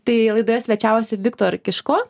tai laidoje svečiavosi viktor kiško